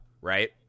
right